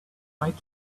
right